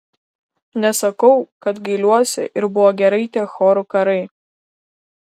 nesakau kad gailiuosi ir buvo gerai tie chorų karai